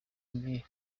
buboneye